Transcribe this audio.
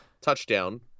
touchdown